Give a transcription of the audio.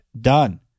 done